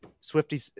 Swifty